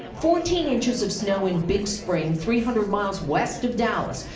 fourteen inches of snow in big spring, three hundred miles west of dallas,